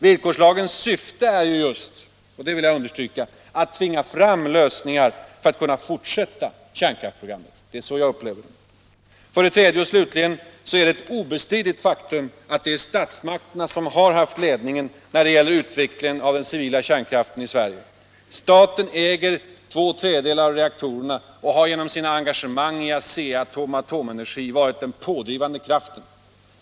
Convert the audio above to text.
Villkorslagens syfte är ju just — och det vill jag understryka — att tvinga fram lösningar för att vi skall kunna fortsätta kärnkraftsprogrammet. Det är så jag upplever den. För det tredje och slutligen är det ett obestridligt faktum att det är statsmakterna som haft ledningen när det gäller utvecklingen av den civila kärnkraften i Sverige. Staten äger ca två tredjedelar av reaktorerna och har genom sina engagemang i ASEA-Atom och Atomenergi varit den pådrivande kraften.